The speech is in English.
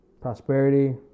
Prosperity